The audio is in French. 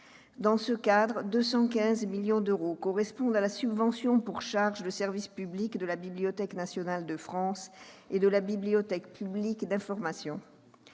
Dans ce cadre, 215 millions d'euros correspondent à la subvention pour charge de service public de la Bibliothèque nationale de France et de la Bibliothèque publique d'information.